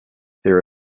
there